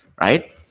right